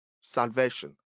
salvation